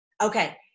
Okay